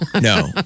No